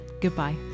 Goodbye